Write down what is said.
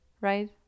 right